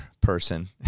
person